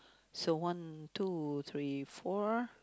so one two three four